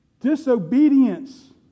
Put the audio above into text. disobedience